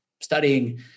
studying